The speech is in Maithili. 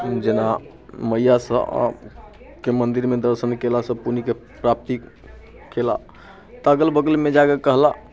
जेना मैयासँ के मन्दिरमे दर्शन कयलासँ पुण्यके प्राप्ति कयलाह तऽ अगल बगलमे जा कऽ कहलाह